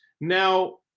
now